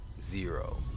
Zero